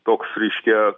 toks reiškia